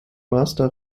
master